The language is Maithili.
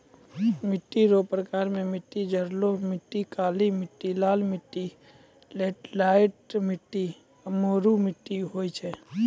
मिट्टी रो प्रकार मे मट्टी जड़ोल मट्टी, काली मट्टी, लाल मट्टी, लैटराईट मट्टी, मरु मट्टी होय छै